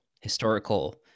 historical